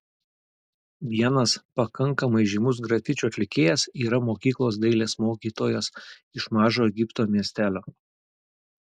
vienas pakankamai žymus grafičių atlikėjas yra mokyklos dailės mokytojas iš mažo egipto miestelio